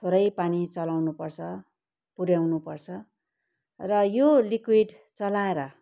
थोरै पानी चलाउनुपर्छ पुऱ्याउनुपर्छ र यो लिक्विड चलाएर